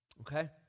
okay